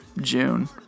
June